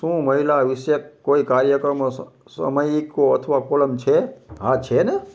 શું મહિલા વિશે કોઈ કાર્યક્રમ સામયિકો અથવા કૉલમ છે હા છે ને